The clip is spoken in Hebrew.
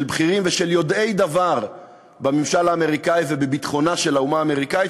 בכירים ושל יודעי דבר בממשל האמריקני ובביטחונה של האומה האמריקנית,